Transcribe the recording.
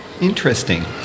Interesting